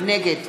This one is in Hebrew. נגד